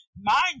mind